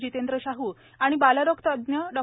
जितेंद्र शाह् आणि बालरोगतज्ज्ञ डॉ